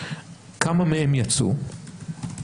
כמה מהם יצאו?